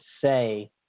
say